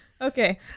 Okay